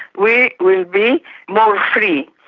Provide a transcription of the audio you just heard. we will be more free.